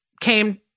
came